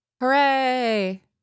hooray